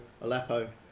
Aleppo